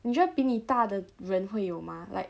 你觉得比你大的人会有吗 like